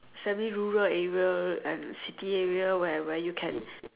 semi rural area and city area where where you can